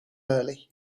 early